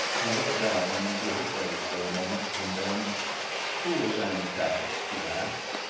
he looked down into her face for a moment and then who was an-tak? he asked.